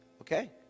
Okay